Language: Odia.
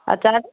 ଆଉ ଚାଟ୍